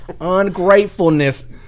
Ungratefulness